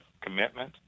commitment